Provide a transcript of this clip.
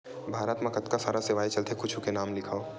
भारत मा कतका सारा सेवाएं चलथे कुछु के नाम लिखव?